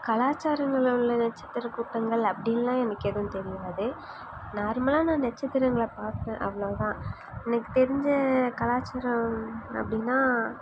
கலாச்சாரங்களில் உள்ள நட்சத்திர கூட்டங்கள் அப்படினுலான் எனக்கு எதுவும் தெரியாது நார்மலாக நான் நட்சத்திரங்களை பார்ப்பேன் அவ்வளோ தான் எனக்கு தெரிஞ்ச கலாச்சாரம் அப்படினா